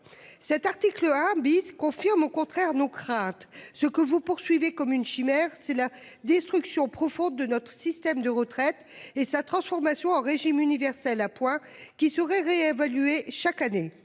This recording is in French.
Cet article abysses confirme au contraire nos craintes ce que vous poursuivez comme une chimère. C'est la destruction profonde de notre système de retraite et sa transformation en régime universel à points qui serait réévalué chaque année